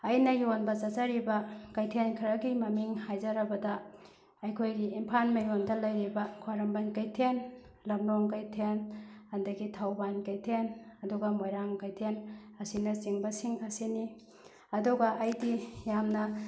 ꯑꯩꯅ ꯌꯣꯟꯕ ꯆꯠꯆꯔꯤꯕ ꯀꯩꯊꯦꯟ ꯈꯔꯒꯤ ꯃꯃꯤꯡ ꯍꯥꯏꯖꯔꯕꯗ ꯑꯩꯈꯣꯏꯒꯤ ꯏꯝꯐꯥꯟ ꯃꯌꯣꯟꯗ ꯂꯩꯔꯤꯕ ꯈ꯭ꯋꯥꯏꯔꯝꯕꯟ ꯀꯩꯊꯦꯟ ꯂꯝꯂꯣꯡ ꯀꯩꯊꯦꯜ ꯑꯗꯒꯤ ꯊꯧꯕꯥꯟ ꯀꯩꯊꯦꯟ ꯑꯗꯨꯒ ꯃꯣꯏꯔꯥꯡ ꯀꯩꯊꯦꯟ ꯑꯁꯤꯅꯆꯤꯡꯕꯁꯤꯡ ꯑꯁꯤꯅꯤ ꯑꯗꯨꯒ ꯑꯩꯗꯤ ꯌꯥꯝꯅ